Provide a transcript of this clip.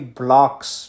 blocks